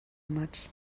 much